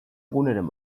guneren